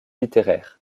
littéraire